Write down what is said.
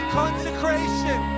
consecration